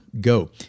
Go